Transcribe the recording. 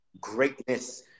greatness